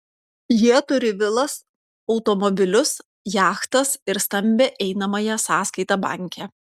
jie turi vilas automobilius jachtas ir stambią einamąją sąskaitą banke